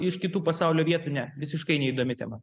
iš kitų pasaulio vietų ne visiškai neįdomi tema